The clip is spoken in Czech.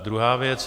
Druhá věc.